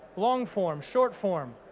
long-form, short form,